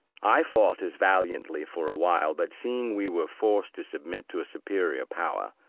i fought as valiantly for a while but seeing we were forced to submit to a superior power,